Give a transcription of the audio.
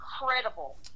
incredible